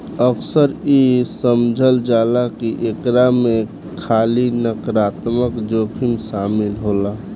अक्सर इ समझल जाला की एकरा में खाली नकारात्मक जोखिम शामिल होला